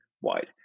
wide